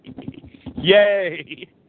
Yay